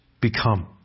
become